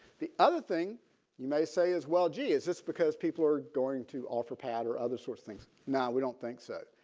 the other thing you may say is well gee is this because people are going to offer pad or other sorts things. now we don't think so.